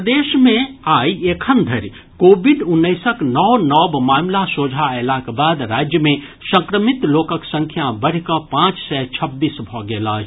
प्रदेश मे आइ एखन धरि कोविड उन्नैसक नओ नव मामिला सोझा अयलाक बाद राज्य मे संक्रमित लोकक संख्या बढ़िकऽ पांच सय छब्बीस भऽ गेल अछि